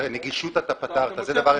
את הנגישות פתרת זה דבר אחד.